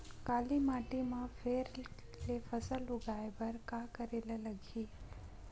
काली माटी म फेर ले फसल उगाए बर का करेला लगही?